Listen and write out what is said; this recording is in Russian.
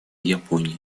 японии